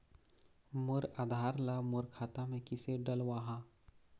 मोर आधार ला मोर खाता मे किसे डलवाहा?